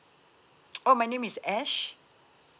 oh my name is ash